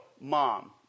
Mom